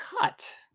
cut